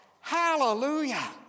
Hallelujah